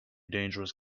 dangerous